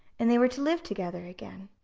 and they were to live together again.